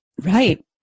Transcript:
Right